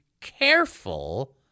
careful